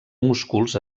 músculs